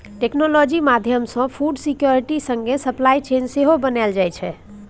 technology माध्यमसँ food security संगे supply chain सेहो बनाएल जाइ छै